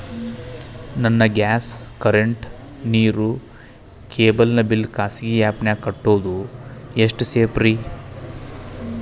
ನನ್ನ gas current, ನೇರು, cable ನ ಬಿಲ್ ಖಾಸಗಿ ಆ್ಯಪ್ ನ್ಯಾಗ್ ಕಟ್ಟೋದು ಎಷ್ಟು ಸೇಫ್ರಿ?